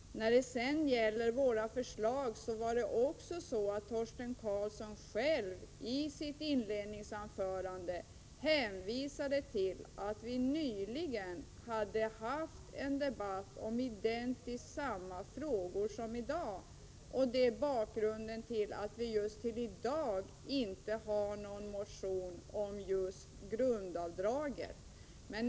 När det gäller våra förslag vill jag peka på att Torsten Karlsson själv i sitt inledningsanförande hänvisade till att vi nyligen har haft en debatt om identiskt lika frågor. Det är bakgrunden till att vi till i dag inte har någon motion om just grundavdraget.